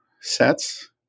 sets